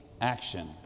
action